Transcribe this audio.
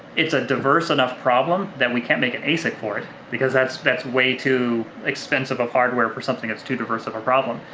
it's a diverse enough problem that we can't make an asic for it because that's that's way too expensive of hardware for something that's too diverse of a problem.